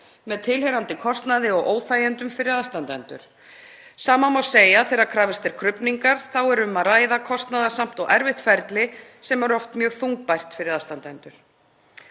með tilheyrandi kostnaði og óþægindum fyrir aðstandendur. Sama má segja þegar krafist er krufningar. Þá er um að ræða kostnaðarsamt og erfitt ferli sem er oft mjög þungbært fyrir aðstandendur.